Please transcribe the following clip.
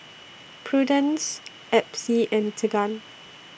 Prudence Epsie and Tegan